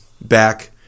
back